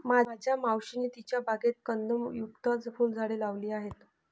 माझ्या मावशीने तिच्या बागेत कंदयुक्त फुलझाडे लावली आहेत